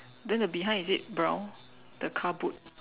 then the behind is it brown the car boot